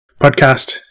podcast